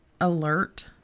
alert